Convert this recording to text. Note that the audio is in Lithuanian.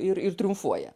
ir ir triumfuoja